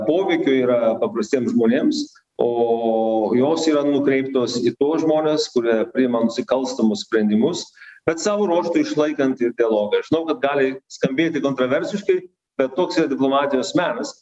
poveikio yra paprastiems žmonėms o jos yra nukreiptos į tuos žmones kurie priima nusikalstamus sprendimus bet savo ruožtu išlaikant ir dialogą žinau kad gali skambėti kontroversiškai bet toks yra diplomatijos menas